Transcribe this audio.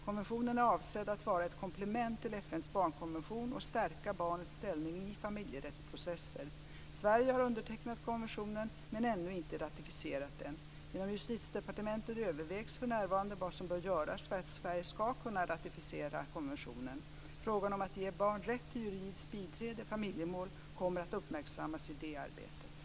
Konventionen är avsedd att vara ett komplement till FN:s barnkonvention och stärka barnets ställning i familjerättsprocesser. Sverige har undertecknat konventionen men ännu inte ratificerat den. Inom Justitiedepartementet övervägs för närvarande vad som bör göras för att Sverige ska kunna ratificera konventionen. Frågan om att ge barn rätt till juridiskt biträde i familjemål kommer att uppmärksammas i det arbetet.